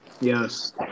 Yes